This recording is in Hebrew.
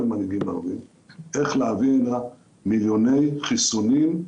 איך להביא למיליון חיסונים.